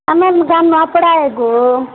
ଆମେ ଗାଁ ନୂଆପଡ଼ା ଆଇବୁ